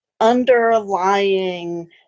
underlying